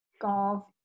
golf